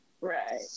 Right